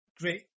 great